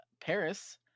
Paris